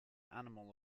animal